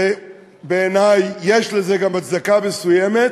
ובעיני יש לזה גם הצדקה מסוימת,